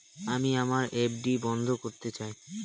আমি আমার এফ.ডি বন্ধ করতে চাই